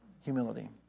Humility